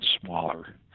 smaller